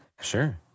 Sure